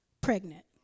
pregnant